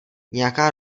nějaká